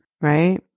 right